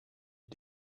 you